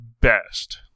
best